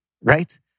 right